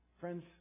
Friends